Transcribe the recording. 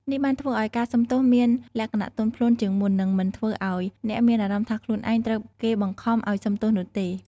នេះបានធ្វើឱ្យការសុំទោសមានលក្ខណៈទន់ភ្លន់ជាងមុននិងមិនធ្វើឱ្យអ្នកមានអារម្មណ៍ថាខ្លួនឯងត្រូវគេបង្ខំឲ្យសុំទោសនោះទេ។